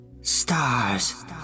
Stars